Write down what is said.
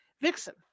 Vixen